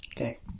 Okay